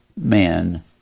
men